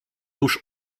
tuż